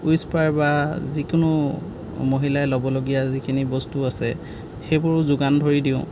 Whisper বা যিকোনো মহিলাই ল'বলগীয়া যিখিনি বস্তু আছে সেইবোৰো যোগান ধৰি দিওঁ